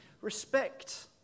Respect